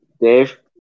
Dave